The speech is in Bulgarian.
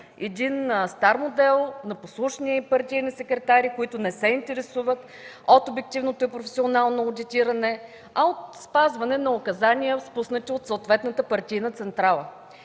един стар модел на послушни партийни секретари, които не се интересуват от обективното и професионално одитиране, а от спазване на указания, спуснати от съответната партийна централа.